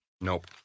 Nope